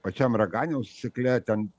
pačiam raganiaus cikle ten